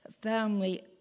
family